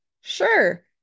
Sure